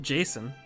Jason